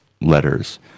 letters